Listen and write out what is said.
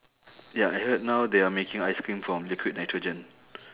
ya I heard now they are making ice cream from liquid nitrogen